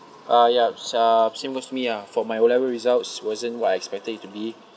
uh yup uh same goes to me ah for my O level results wasn't what I expected it to be